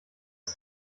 ist